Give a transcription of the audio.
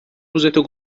روزتو